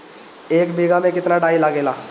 एक बिगहा में केतना डाई लागेला?